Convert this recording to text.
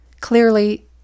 Clearly